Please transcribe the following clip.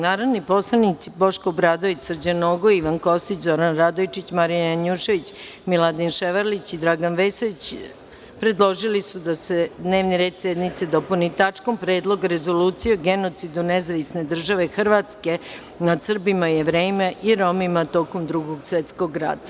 Narodni poslanici Boško Obradović, Srđan Nogo, Ivan Kostić, Zoran Radojčić, Marija Janjušević, Miladin Ševarlić i Dragan Vesović predložili su da se dnevni red sednice dopuni tačkom – Predlog rezolucije o genocidu Nezavisne države Hrvatske nad Srbima i Jevrejima i Romima tokom Drugog svetskog rata.